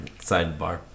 Sidebar